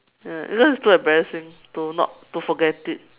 ya because it's too embarrassing to not to forget it